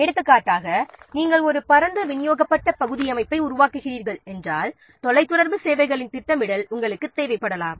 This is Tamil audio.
எடுத்துக்காட்டாக நாம் ஒரு பரந்த விநியோகிக்கப்பட்ட பகுதி அமைப்பை உருவாக்குகிறோம் என்றால் தொலைத்தொடர்பு சேவைகளின் திட்டமிடல் நமக்கு தேவைப்படலாம்